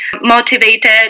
Motivated